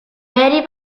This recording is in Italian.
veri